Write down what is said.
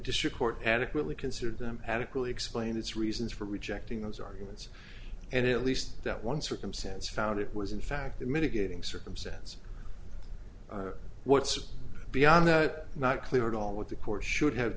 district court adequately considered them adequately explained its reasons for rejecting those arguments and at least that one circumstance found it was in fact mitigating circumstances what's beyond that not clear at all what the court should have